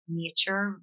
nature